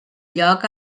lloc